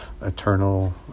eternal